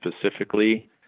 specifically